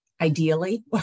Ideally